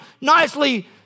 nicely